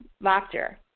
laughter